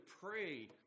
pray